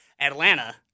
Atlanta